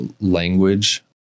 language